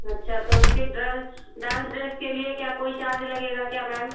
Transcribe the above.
अच्छा तो उसकी ड्रेस डान्स ड्रेस के लिए क्या कोई चार्ज लगेगा क्या मैम